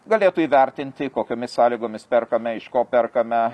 galėtų įvertinti kokiomis sąlygomis perkame iš ko perkame